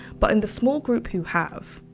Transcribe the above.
but in the small group who have,